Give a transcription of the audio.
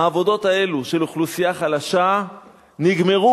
העבודות האלו של אוכלוסייה חלשה נגמרו.